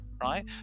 right